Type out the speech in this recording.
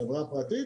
חברה פרטית.